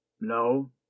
no